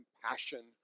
compassion